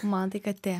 man tai katė